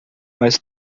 mas